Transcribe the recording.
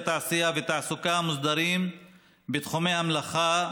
תעשייה ותעסוקה מוסדרים בתחומי המלאכה,